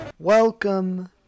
Welcome